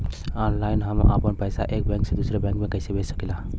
Online हम आपन पैसा एक बैंक से दूसरे बैंक में कईसे भेज सकीला?